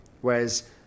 whereas